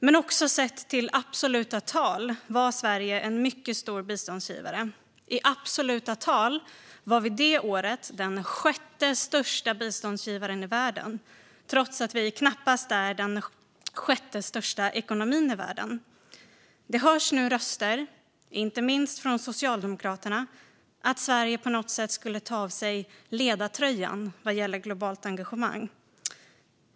Men också sett till absoluta tal var Sverige en mycket stor biståndsgivare. I absoluta tal var vi det året den sjätte största biståndsgivaren i världen, trots att vi knappast är den sjätte största ekonomin i världen. Det hörs nu röster, inte minst från Socialdemokraterna, som påstår att Sverige på något sätt skulle ta av sig ledartröjan vad gäller globalt engagemang.